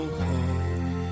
home